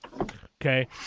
Okay